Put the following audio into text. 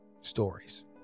stories